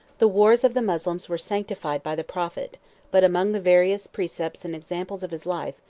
the wars of the moslems were sanctified by the prophet but among the various precepts and examples of his life,